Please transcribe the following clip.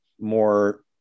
more